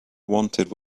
wanted